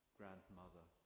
grandmother